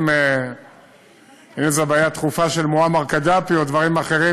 אם זו בעיה דחופה של מועמר קדאפי או דברים אחרים,